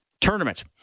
tournament